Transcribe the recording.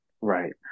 Right